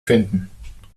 finden